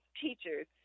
teachers